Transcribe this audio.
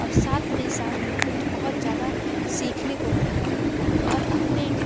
और साथ में साथ में कुछ बहुत ज़्यादा सीखने को भी मिला और अपने